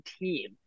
team